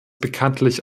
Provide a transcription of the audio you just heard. bekanntlich